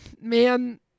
man